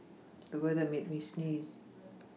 the weather made me sneeze